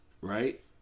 right